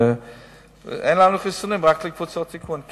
אין לנו חיסונים, רק לקבוצות סיכון.